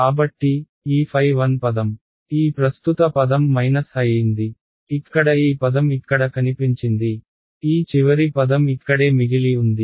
కాబట్టి ఈ ɸ1 పదం ఈ ప్రస్తుత పదం మైనస్ అయ్యింది ఇక్కడ ఈ పదం ఇక్కడ కనిపించింది ఈ చివరి పదం ఇక్కడే మిగిలి ఉంది